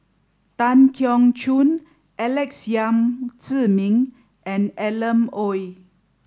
Tan Keong Choon Alex Yam Ziming and Alan Oei